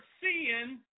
seeing